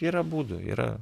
yra būdų yra